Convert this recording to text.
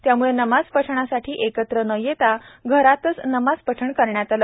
त्याम्ळे नमाज पठणासाठी एकत्र न येता घरातच नमाज पठण करण्यात आलं